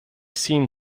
seen